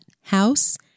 house